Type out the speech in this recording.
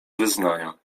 wyznania